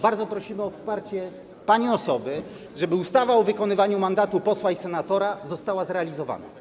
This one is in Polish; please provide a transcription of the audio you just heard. Bardzo prosimy o pani wsparcie, żeby ustawa o wykonywaniu mandatu posła i senatora została zrealizowana.